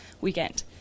weekend